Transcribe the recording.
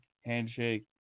handshake